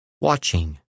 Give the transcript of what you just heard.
watching